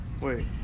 Wait